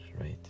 right